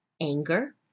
anger